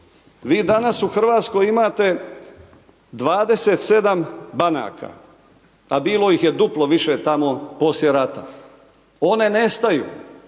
Vi danas u Hrvatskoj imate 27 banaka a bilo ih je duplo više tamo poslije rata. One nestaju.